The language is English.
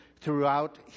throughout